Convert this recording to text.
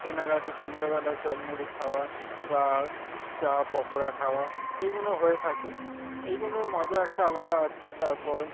কেনাকাটি সন্ধ্যেবেলা চপ মুড়ি খাওয়া বা চা পকোড়া খাওয়া এইগুলো হয়ে থাকে এইগুলোর মজা একটা আলাদা আছে তারপর